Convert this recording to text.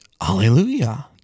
hallelujah